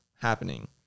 happening